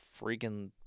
freaking